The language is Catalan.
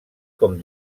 com